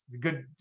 Good